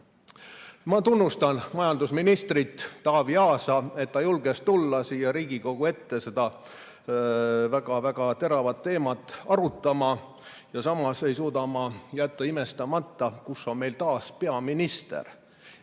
Ma tunnustan majandusminister Taavi Aasa, et ta julges tulla siia Riigikogu ette seda väga-väga teravat teemat arutama. Samas ei suuda oma jätta imestamata, kus on meil taas peaminister.